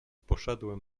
poszedłem